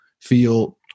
feel